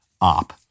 op